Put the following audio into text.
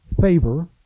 favor